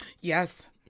Yes